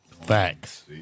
Facts